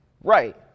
Right